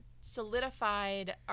solidified